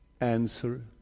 answer